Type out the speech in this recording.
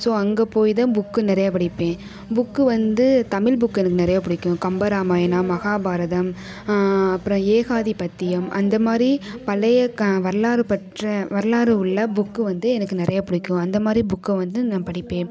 so அங்கே போய் தான் புக்கு நிறையா படிப்பேன் புக்கு வந்து தமிழ் புக் எனக்கு நிறையா பிடிக்கும் கம்ப ராமாயணம் மகாபாரதம் அப்புறோம் ஏகாதிபத்தியம் அந்த மாதிரி பழைய க வரலாறு பற்றி வரலாறு உள்ள புக்கு வந்து எனக்கு நிறையா பிடிக்கும் அந்த மாதிரி புக்கை வந்து நான் படிப்பேன்